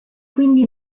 quindi